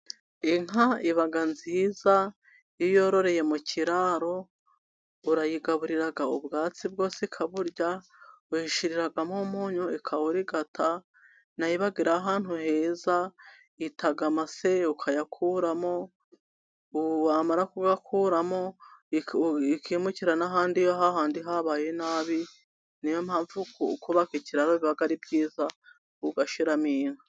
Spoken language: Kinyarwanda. Inka iba nziza iyo uyororeye mu kiraro urayigaburira ubwatsi bwose ikaburya, uyishiriramo umunyu ikawurigata, nayo iba iri ahantu heza, ita amase ukayakuramo, wamara kuyakuramo ikimukira n'ahandi hahandi habaye nabi, niyo mpamvu kubaka ikiraro ari byiza ugashyiramo inka.